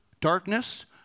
darkness